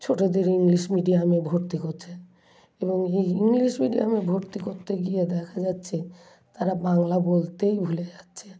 ছোটোদের ইংলিশ মিডিয়ামে ভর্তি করছে এবং ই ইংলিশ মিডিয়ামে ভর্তি করতে গিয়ে দেখা যাচ্ছে তারা বাংলা বলতেই ভুলে যাচ্ছে